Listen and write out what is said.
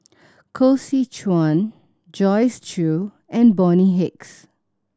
Koh Seow Chuan Joyce Jue and Bonny Hicks